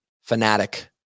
fanatic